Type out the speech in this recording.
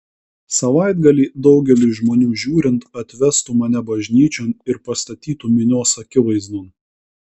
savaitgalį daugeliui žmonių žiūrint atvestų mane bažnyčion ir pastatytų minios akivaizdon